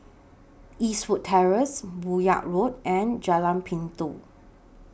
Eastwood Terrace Buyong Road and Jalan Pintau